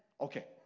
Okay